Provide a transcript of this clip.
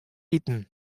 iten